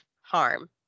harm